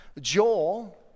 Joel